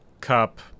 Cup